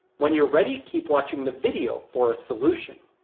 when you're ready keep watching the video for a solution